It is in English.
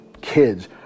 kids